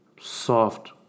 soft